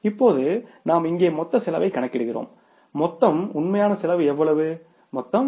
இப்போது நாம் இங்கே மொத்த செலவைக் கணக்கிடுகிறோம் மொத்தம் உண்மையான செலவு எவ்வளவு மொத்தம்